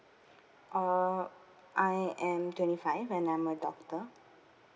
uh I am twenty five and I'm a doctor